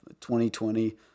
2020